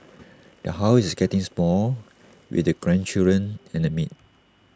the house is getting small with the grandchildren and A maid